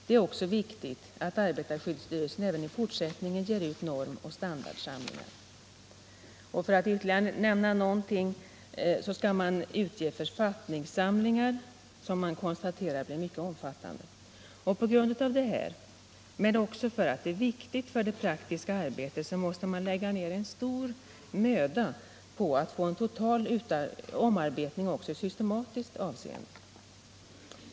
Det är också viktigt att arbetarskyddsstyrelsen även fortsättningsvis ger ut normoch standardsamlingar —-—--.” Vidare nämns att arbetarskyddsstyrelsen skall utge författningssamlingar, något som konstateras bli mycket omfattande. På grund av detta — men också för att det är viktigt för det praktiska arbetet — måste man lägga ner stor möda på att få en total omarbetning också i systematiskt avseende.